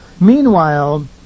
Meanwhile